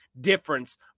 difference